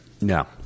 no